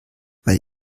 weil